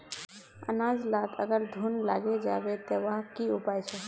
अनाज लात अगर घुन लागे जाबे ते वहार की उपाय छे?